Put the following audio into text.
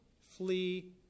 flee